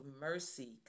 mercy